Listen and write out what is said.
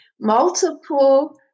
multiple